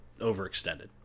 overextended